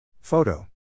Photo